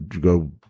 go